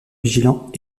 vigilants